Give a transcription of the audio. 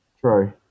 True